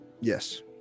yes